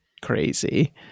crazy